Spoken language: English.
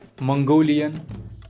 Mongolian